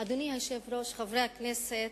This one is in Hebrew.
אדוני היושב-ראש, חברי הכנסת,